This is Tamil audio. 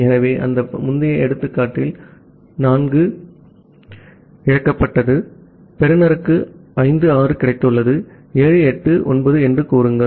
ஆகவே அந்த முந்தைய எடுத்துக்காட்டில் 4 இழந்துவிட்டது பெறுநருக்கு 5 6 கிடைத்துள்ளது 7 8 9 என்று கூறுங்கள்